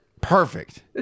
Perfect